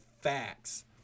facts